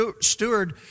steward